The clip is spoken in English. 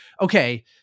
okay